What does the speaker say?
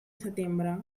setembre